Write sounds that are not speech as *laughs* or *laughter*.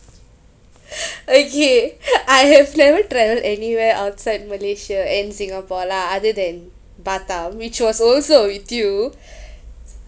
*laughs* okay I have never travelled anywhere outside malaysia and singapore lah other than batam which was also with you *breath*